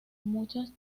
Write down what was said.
muchas